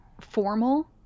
formal